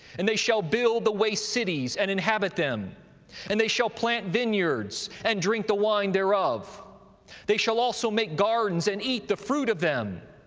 and they shall build the waste cities, and inhabit them and they shall plant vineyards, and drink the wine thereof they shall also make gardens, and eat the fruit of them.